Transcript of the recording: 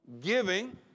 giving